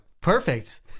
Perfect